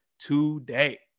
today